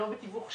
לא בתיווך שלנו,